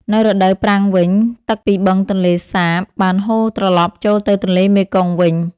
នៅរដូវប្រាំងវិញ ទឹកពីបឹងទន្លេសាបបានហូរត្រឡប់ចូលទៅទន្លេមេគង្គវិញ។